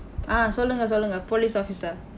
ah சொல்லுங்க சொல்லுங்க:sollungka sollungka police officer